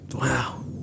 wow